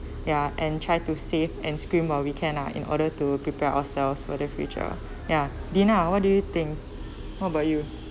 ya and try to save and scrimp on weekend lah in order to prepare ourselves for the future ya dinah what do you think what about you